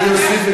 שהוא יטפל בזה.